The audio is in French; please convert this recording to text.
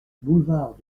boulevard